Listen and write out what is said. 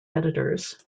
editors